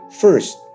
First